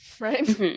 right